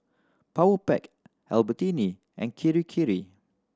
Powerpac Albertini and Kirei Kirei